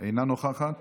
אינה נוכחת.